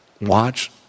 watch